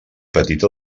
petita